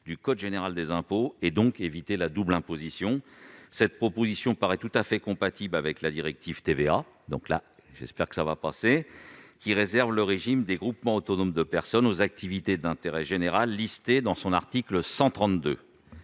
du code général des impôts (CGI) pour éviter la double imposition. Cette proposition paraît tout à fait compatible avec la directive TVA- l'amendement devrait donc passer !-, qui réserve le régime des groupements autonomes de personnes aux activités d'intérêt général listées dans son article 132.